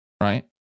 Right